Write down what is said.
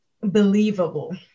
believable